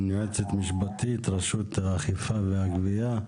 יועצת משפטית של רשות האכיפה והגבייה,